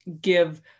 give